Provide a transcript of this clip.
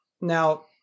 Now